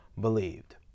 believed